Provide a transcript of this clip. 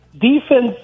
defense